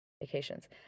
vacations